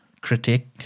critic